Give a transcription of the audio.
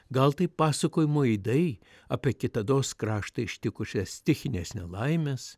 gal tai pasakojimų aidai apie kitados kraštą ištikusias stichines nelaimes